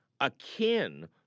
akin